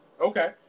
Okay